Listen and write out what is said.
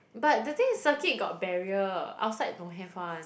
but the thing is circuit got barrier outside don't have [one]